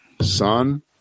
son